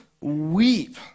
weep